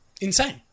Insane